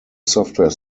software